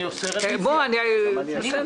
אני אבקש רביזיה.